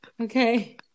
okay